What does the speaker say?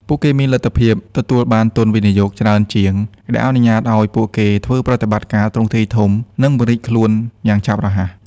ពួកគេមានលទ្ធភាពទទួលបានទុនវិនិយោគច្រើនជាង ដែលអនុញ្ញាតឲ្យពួកគេធ្វើប្រតិបត្តិការទ្រង់ទ្រាយធំ និងពង្រីកខ្លួនយ៉ាងឆាប់រហ័ស។